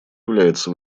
является